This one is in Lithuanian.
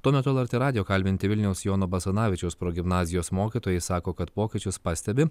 tuo metu lrt radijo kalbinti vilniaus jono basanavičiaus progimnazijos mokytojai sako kad pokyčius pastebi